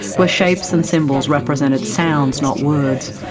where shapes and symbols represented sounds not words,